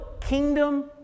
kingdom